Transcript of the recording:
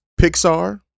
Pixar